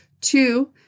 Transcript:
two